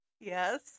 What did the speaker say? Yes